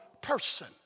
person